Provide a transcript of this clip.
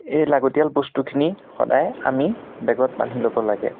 এই লাগতিয়াল বস্তুখিনি সদায় আমি বেগত বান্ধি ল'ব লাগে